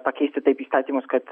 pakeisti taip įstatymus kad